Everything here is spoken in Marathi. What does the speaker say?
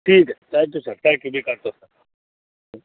ठीक आहे थँक्यू सर थँक्यू मी करतो सर